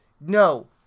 no